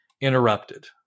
interrupted